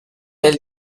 nel